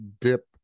dip